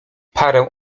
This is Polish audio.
parę